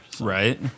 Right